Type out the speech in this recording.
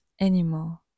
anymore